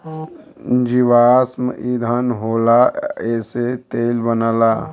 जीवाश्म ईधन होला एसे तेल बनला